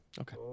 Okay